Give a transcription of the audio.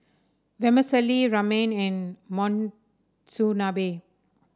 Vermicelli Ramen and Monsunabe